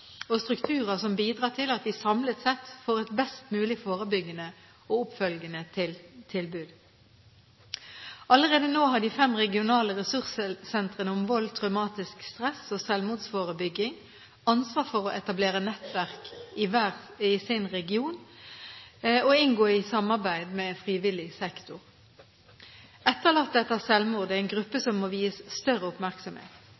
og strukturer som bidrar til at vi samlet sett får et best mulig forebyggende og oppfølgende tilbud. Allerede nå har de fem regionale ressurssentrene om vold, traumatisk stress og selvmordsforebygging ansvar for å etablere nettverk i sin region og inngå i samarbeid med frivillig sektor. Etterlatte etter selvmord er en gruppe